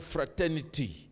Fraternity